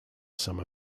summer